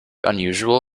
unusual